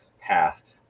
path